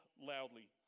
loudly